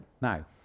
Now